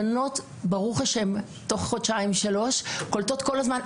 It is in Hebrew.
הבנות ברוך השם תוך חודשיים-שלושה קולטות כל הזמן.